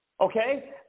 okay